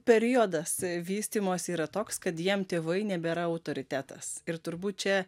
periodas vystymosi yra toks kad jiem tėvai nebėra autoritetas ir turbūt čia